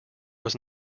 was